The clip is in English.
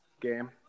game